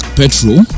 petrol